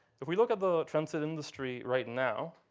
if we look at the transit industry right now.